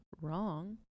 wrong